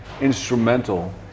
instrumental